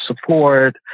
support